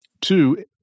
two